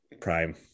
prime